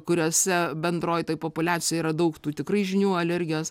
kuriose bendroj toj populiacijoj yra daug tų tikrai žinių alergijos